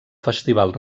festival